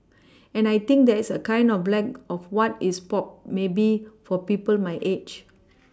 and I think there is a kind of a lack of what is pop maybe for people my age